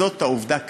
זאת העובדה כרגע.